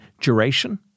duration